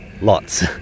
Lots